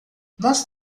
nós